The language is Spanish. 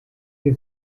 que